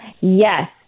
Yes